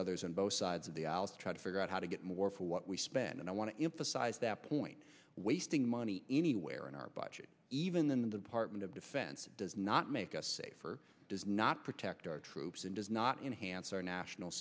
others on both sides of the outs try to figure out how to get more for what we spend and i want to emphasize that point wasting money anywhere in our budget even than the department of defense does not make us safer does not protect our troops and does not enhance our national